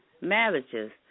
marriages